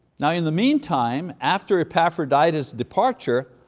now, in the meantime, after epaphroditus' departure,